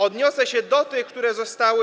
Odniosę się do tych, które zostały.